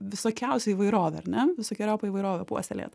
visokiausią įvairovę ar ne visokeriopą įvairovę puoselėjat